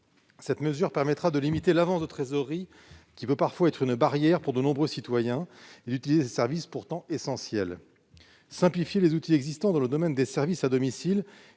Cette mesure permettra de limiter l'avance de trésorerie qui peut parfois représenter, pour nombre de citoyens, un obstacle à l'utilisation de services pourtant essentiels. Simplifier les outils existants dans le domaine des services à domicile